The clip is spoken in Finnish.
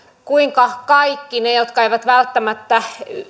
kuinka kaikki ne jotka eivät välttämättä